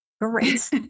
Great